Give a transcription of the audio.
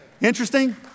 Interesting